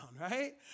right